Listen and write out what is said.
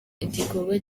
igikorwa